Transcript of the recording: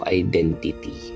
identity